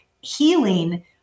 healing